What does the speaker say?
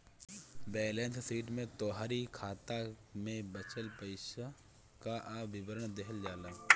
balance sheet में तोहरी खाता में बचल पईसा कअ विवरण देहल जाला